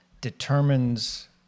determines